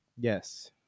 Yes